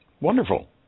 wonderful